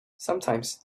sometimes